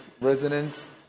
resonance